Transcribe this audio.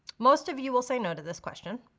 most of you will say no to this question.